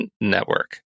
network